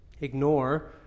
ignore